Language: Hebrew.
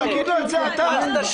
אז תגיד לו את זה אתה.